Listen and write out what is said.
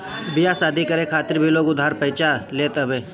बियाह शादी करे खातिर भी लोग उधार पइचा लेत हवे